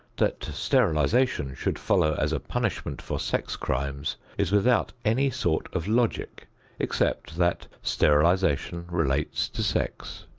that sterilization should follow as a punishment for sex crimes is without any sort of logic except that sterilization relates to sex.